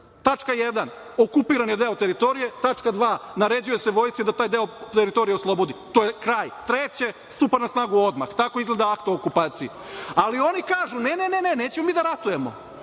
Tačka 1. okupirani deo teritorije, tačka 2. naređuje se vojsci da taj deo oslobodi. To je kraj. Treće, stupa na snagu odmah. Dakle, tako izgleda akt o okupaciji. Ali, oni kažu, ne ne, nećemo mi da ratujemo,